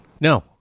No